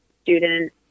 student